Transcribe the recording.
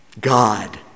God